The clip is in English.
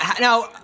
Now